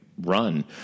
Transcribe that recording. run